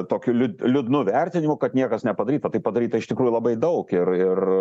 tokiu liu liūdnu vertinimu kad niekas nepadaryta tai padaryta iš tikrųjų labai daug ir ir